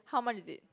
how much is it